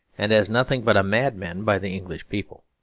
and as nothing but a madman by the english people.